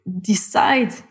decide